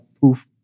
poof